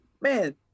man